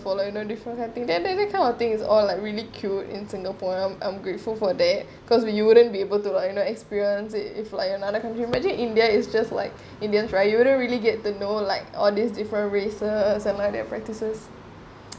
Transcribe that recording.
follow you know like different kind of thing is all like really cute in singapore I'm grateful for that cause we wouldn't be able to like you know experience it if like if another country imagine india is just like indians right you wouldn't really get to know like all these different races and their practices